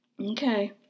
Okay